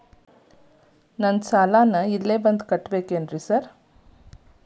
Sir ನನ್ನ ಸಾಲವನ್ನು ನಾನು ಇಲ್ಲೇ ಬಂದು ಕಟ್ಟಬೇಕೇನ್ರಿ?